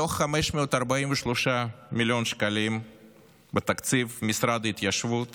מתוך 543 מיליון שקלים בתקציב משרד ההתיישבות